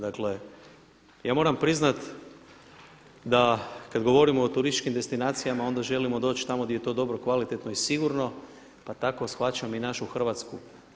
Dakle ja moram priznati da kada govorimo o turističkim destinacijama onda želimo doći tamo gdje je to dobro, kvalitetno i sigurno pa tako shvaćam i našu Hrvatsku.